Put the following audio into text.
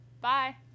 Bye